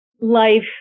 life